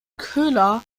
köhler